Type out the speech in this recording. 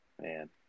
Man